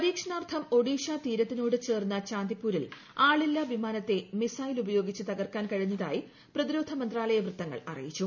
പരീക്ഷണാർത്ഥം ഒഡീഷ തീരത്തിനോട് ചേർന്ന ചാന്ദിപ്പൂരിൽ ആളില്ലാ വിമാനത്തെ മിസൈലുപയോഗിച്ച് തകർക്കാൻ കഴിഞ്ഞതായി പ്രതിരോധ മന്ത്രാലയ വൃത്തങ്ങൾ അറിയിച്ചു